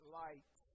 light